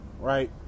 right